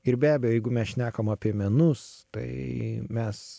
ir be abejo jeigu mes šnekam apie menus tai mes